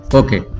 okay